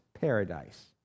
paradise